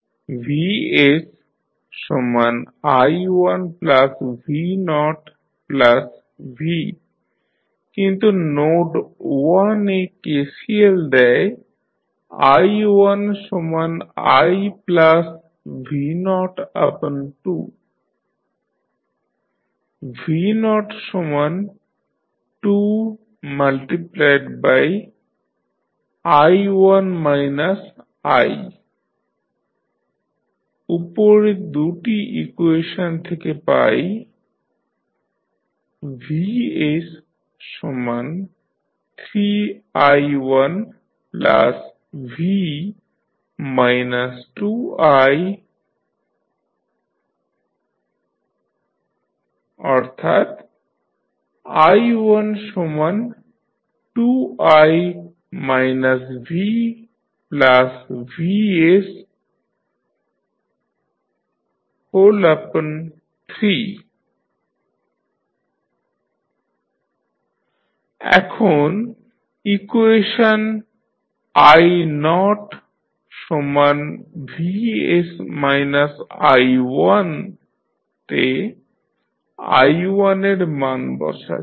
vsi1v0v কিন্তু node 1 এ KCL দেয় i1iv02 v02 উপরের 2 টি ইকুয়েশন থেকে পাই vs3i1v 2i→i12i vvs3 এখন ইকুয়েশন ivs i1 তে i1 এর মান বসাচ্ছি